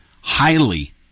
highly